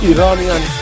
Iranian